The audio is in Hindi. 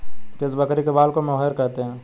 किस बकरी के बाल को मोहेयर कहते हैं?